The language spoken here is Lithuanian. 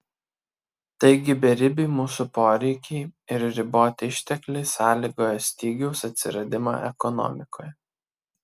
taigi beribiai mūsų poreikiai ir riboti ištekliai sąlygoja stygiaus atsiradimą ekonomikoje